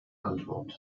antwort